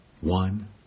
One